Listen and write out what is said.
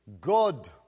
God